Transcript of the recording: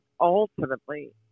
ultimately